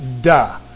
duh